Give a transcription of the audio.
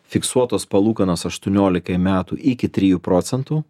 fiksuotos palūkanos aštuoniolikai metų iki trijų procentų